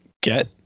get